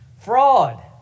Fraud